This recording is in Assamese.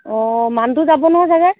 অঁ মানুহটো যাব নহয় চাগে